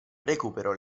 recupero